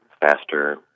faster